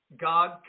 God